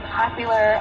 popular